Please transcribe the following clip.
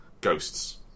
ghosts